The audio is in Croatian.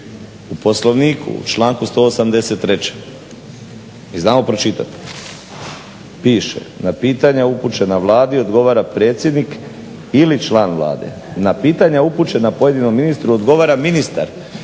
u Poslovniku u članku 183., mi znamo pročitati. Piše: na pitanja upućena Vladi odgovara predsjednik ili član Vlade, na pitanja upućena pojedinom ministru odgovara ministar,